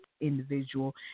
individual